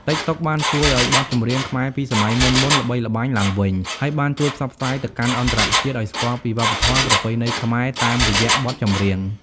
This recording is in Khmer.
តិកតុក បានជួយធ្វើឲ្យបទចម្រៀងខ្មែរពីសម័យមុនៗល្បីល្បាញឡើងវិញ ហើយបានជួយផ្សព្វផ្សាយទៅកាន់អន្តរជាតិឲ្យស្គាល់ពីវប្បធម៌ប្រពៃណីខ្មែរតាមរយៈបទចម្រៀង។